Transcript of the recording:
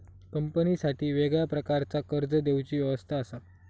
कंपनीसाठी वेगळ्या प्रकारचा कर्ज देवची व्यवस्था असा